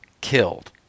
killed